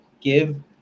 give